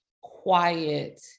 quiet